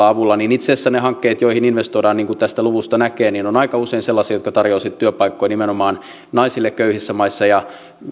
avulla että itse asiassa ne hankkeet joihin investoidaan niin kuin tästä luvusta näkee ovat aika usein sellaisia jotka tarjoavat sitten työpaikkoja nimenomaan naisille köyhissä maissa